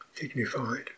dignified